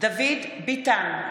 דוד ביטן,